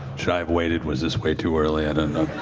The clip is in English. should i have waited, was this way too early? i don't know.